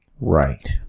Right